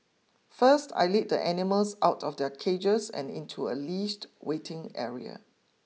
first I lead the animals out of their cages and into a leashed waiting area